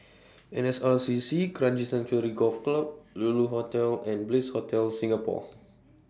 N S R C C Kranji Sanctuary Golf Club Lulu Hotel and Bliss Hotel Singapore